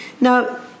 Now